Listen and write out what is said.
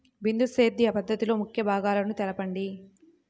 బిందు సేద్య పద్ధతిలో ముఖ్య భాగాలను తెలుపండి?